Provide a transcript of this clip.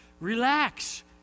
relax